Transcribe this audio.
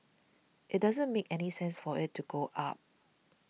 it doesn't make any sense for it to go up